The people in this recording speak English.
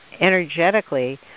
energetically